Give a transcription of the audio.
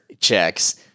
checks